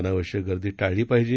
अनावश्यक गर्दी टाळली गेली पाहिजे